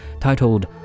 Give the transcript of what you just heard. titled